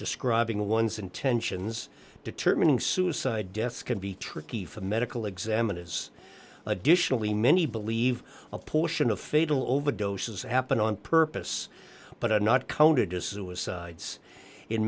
describing one's intentions determining suicide deaths can be tricky for medical examiners additionally many believe a portion of fatal overdoses happen on purpose but are not